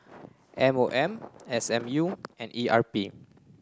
M O M S M U and E R P